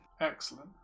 Excellent